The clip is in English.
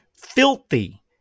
filthy